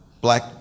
black